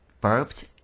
burped